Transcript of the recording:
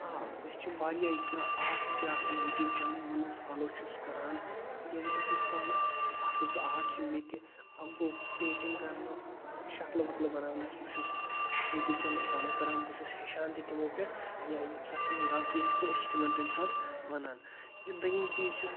آ مےٚ چھ واریاہ آرٹ تہٕ کریفٹ یوٗٹیوٗب چینلہٕ یِمن بہٕ فالو چُھس کران بہٕ چُھس پانہٕ اکھ زٕ آرٹ چھ مےٚ تہِ اکھ گوٚو پیٹِنگ کرنہٕ شکلہٕ وکلہٕ بناونس بہٕ چُھس یوٗٹیوٗب چنلہٕ فالو کران بہٕ چُھس ہیٚچھان تہِ تِمو پٮ۪ٹھ یا ییٚمہِ ساتہٕ تِمن غلطی آسہِ کیٚنٛہہ أسۍ چھ تِمن تمہِ ساتہٕ ونان یا دوٚیِم چیٖز چُھ